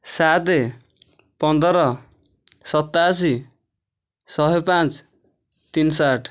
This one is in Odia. ସାତ ପନ୍ଦର ସତାଅଶି ଶହେପାଞ୍ଚ ତିନିଶହ ଆଠ